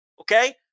Okay